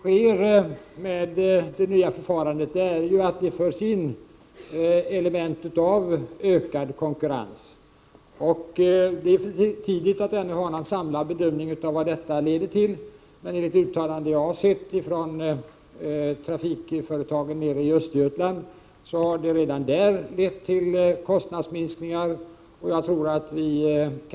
Herr talman! Det som nu sker med det nya förfarandet är att det förs in element av ökad konkurrens. Det är ännu för tidigt att kunna göra någon samlad bedömning av vad detta leder till, men enligt uttalanden från trafikföretagen i Östergötland har detta redan lett till kostnadsminskningar.